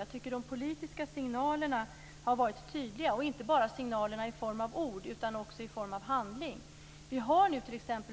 Jag tycker att de politiska signalerna har varit tydliga, och inte bara signalerna i form av ord utan också i form av handling. Vi har nu